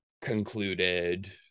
concluded